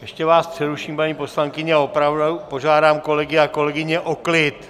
Ještě vás přeruším, paní poslankyně, a opravdu požádám kolegy a kolegyně o klid!